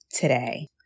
Today